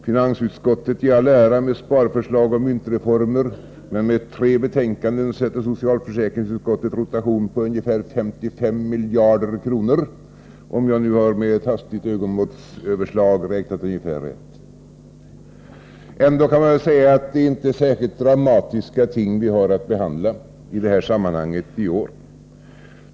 Finansutskottet i all ära med sparförslag och myntreformer, men med tre betänkanden sätter socialförsäkringsutskottet rotation på ungefär 55 miljarder kronor — om jag nu vid ett hastigt överslag har räknat rätt. Ändå kan man säga att det inte är särskilt dramatiska ting vi har att behandla i detta sammanhang i år.